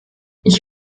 ich